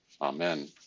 Amen